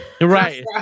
Right